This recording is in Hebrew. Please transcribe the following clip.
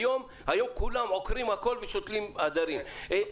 היום כולם עוקרים הכול ושותלים הדרים -- רגע,